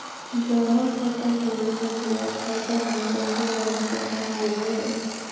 जमा खाता के मतलब खाता मे पैसा जमा करना होवो हय